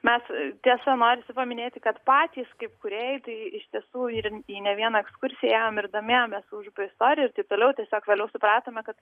mes tiesa norisi paminėti kad patys kaip kūrėjaitai iš tiesų ir į ne vieną ekskursijom ir domėjomės užupio istorija ir taip toliau tiesiog vėliau supratome kad